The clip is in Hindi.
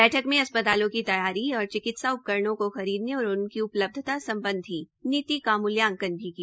बैठक में अस्पतालों की तैयारी और चिकित्सा उपकरणों को खरीदने और उनकी उपलब्धता सम्बधी नीति का मूल्यांकन भी किया